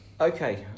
Okay